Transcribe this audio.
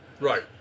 Right